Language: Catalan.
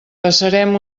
passarem